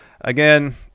Again